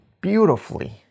beautifully